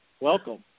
welcome